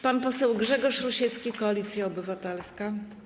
Pan poseł Grzegorz Rusiecki, Koalicja Obywatelska.